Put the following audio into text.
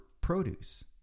produce